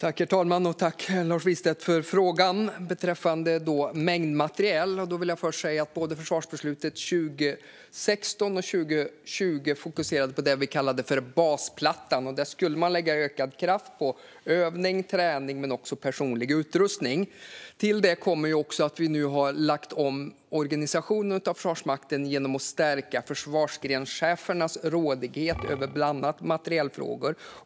Herr talman! Jag tackar Lars Wistedt för frågan beträffande mängdmateriel. Både 2016 och 2020 års försvarsbeslut fokuserade på det vi kallar basplattan, och här skulle ökad kraft läggas på övning, träning och personlig utrustning. Till det kommer också att vi nu har lagt om organisationen av Försvarsmakten genom att stärka försvarsgrenschefernas rådighet över bland annat materielfrågor.